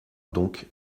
donc